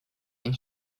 and